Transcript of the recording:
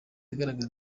igaragaza